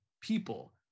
people